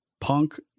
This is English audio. Punk